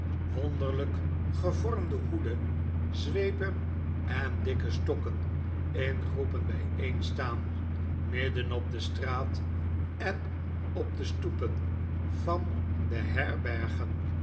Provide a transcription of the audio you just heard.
wonderlijk gevormde hoeden zweepen en dikke stokken in groepen bijeenstaan midden op de straat en op de stoepen van de herbergen